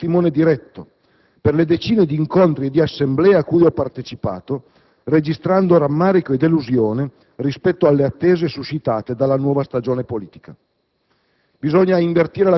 ne sono stato testimone diretto per le decine di incontri di assemblea cui ho partecipato, registrando rammarico e delusione rispetto alle attese suscitate dalla nuova stagione politica.